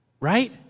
right